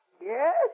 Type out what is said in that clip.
Yes